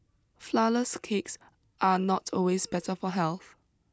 Flourless Cakes are not always better for health